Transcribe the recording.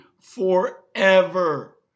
forever